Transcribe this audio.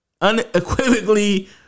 Unequivocally